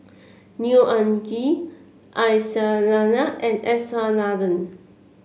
Neo Anngee Aisyah Lyana and S R Nathan